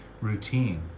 routine